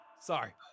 Sorry